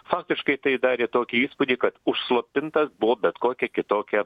faktiškai tai darė tokį įspūdį kad užslopintas buvo bet kokia kitokia